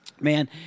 Man